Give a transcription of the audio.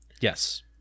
Yes